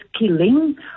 killing